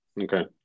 okay